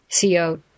CO